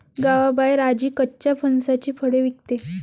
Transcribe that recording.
गावाबाहेर आजी कच्च्या फणसाची फळे विकते